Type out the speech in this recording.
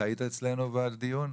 אתה היית אצלנו בדיון?